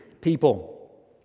people